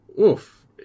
Oof